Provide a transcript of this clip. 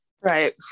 Right